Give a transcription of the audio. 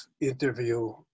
interview